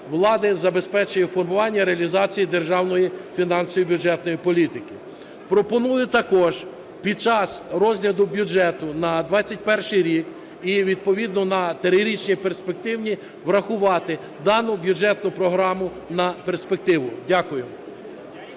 влади забезпечує формування і реалізацію державної фінансової і бюджетної політики. Пропоную також під час розгляду бюджету на 21-й рік і відповідно трирічній перспективі врахувати дану бюджетну програму на перспективу. Дякую.